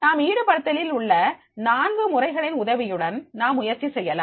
நாம் ஈடுபடுத்தலில் உள்ள நான்கு முறைகளின் உதவியுடன் நாம் முயற்சி செய்யலாம்